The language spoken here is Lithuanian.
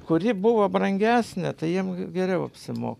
kuri buvo brangesnė tai jiems geriau apsimoka